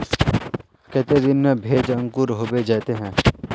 केते दिन में भेज अंकूर होबे जयते है?